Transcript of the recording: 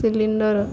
cylinder